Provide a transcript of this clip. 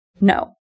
No